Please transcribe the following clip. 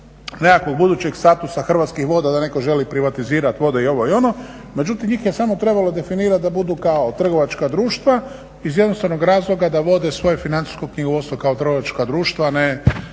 nekakvog budućeg statusa Hrvatskih voda, da netko želi privatizirati vode i ovo i ono, međutim njih je samo trebalo definirati da budu kao trgovačka društva iz jednostavnog razloga da vode svoje financijsko knjigovodstvo kao trgovačka društva, a